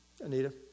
Anita